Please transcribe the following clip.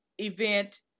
event